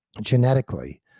genetically